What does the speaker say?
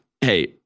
Hey